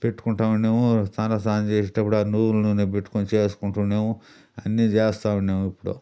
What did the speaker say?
పెట్టుకుంటా ఉన్నేము తల స్నానం చేసేటప్పుడు ఆ నువ్వుల నూనె పెట్టుకొని చేసుకుంటా ఉన్నాము అన్నీ చేస్తావున్నాము అప్పుడు